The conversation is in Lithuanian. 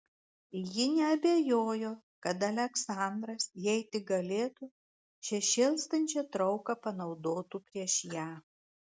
ji neabejojo kad aleksandras jei tik galėtų šią šėlstančią trauką panaudotų prieš ją